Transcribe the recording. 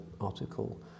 article